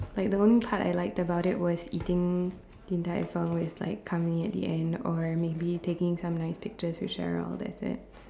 like the only part I liked about it was eating Din-Tai-Fung with like Kang-Ming at the end or maybe taking some nice pictures with Cheryl that's it